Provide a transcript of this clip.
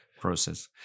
process